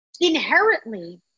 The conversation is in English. inherently